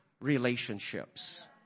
relationships